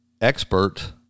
expert